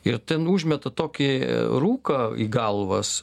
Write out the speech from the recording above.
ir ten užmeta tokį rūką į galvas